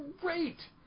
great